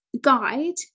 guide